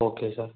okay sir